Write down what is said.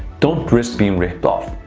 don't risk being ripped off.